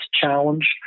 challenge